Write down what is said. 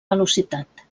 velocitat